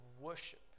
worship